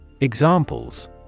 Examples